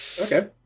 Okay